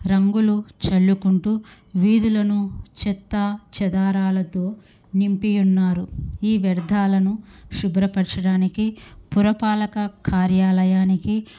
రంగులు చల్లుకుంటు వీధులను చెత్త చెదారాలతో నింపి ఉన్నారు ఈ వ్యర్థాలను శుభ్రపరచడానికి పురపాలక కార్యాలయానికి